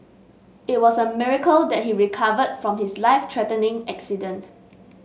it was a miracle that he recovered from his life threatening accident